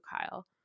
Kyle